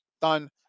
done